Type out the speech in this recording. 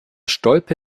stolpe